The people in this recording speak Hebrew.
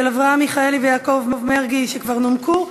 של אברהם מיכאלי ויעקב מרגי שכבר נומקו,